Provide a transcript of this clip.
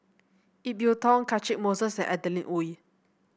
Ip Yiu Tung Catchick Moses and Adeline Ooi